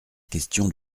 question